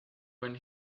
when